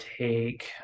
take